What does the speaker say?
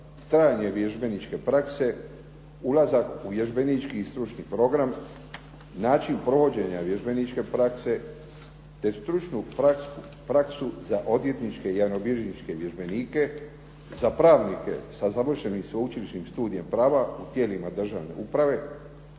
trajanje vježbeničke prakse, ulazak u vježbenički i stručni program, način provođenja vježbeničke prakse, te stručnu praksu za odvjetničke i javnobilježničke vježbenike, za pravnike sa završenim sveučilišnim studijem prava u tijelima državne uprave,